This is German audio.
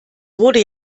wurde